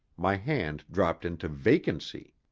my hand dropped into vacancy.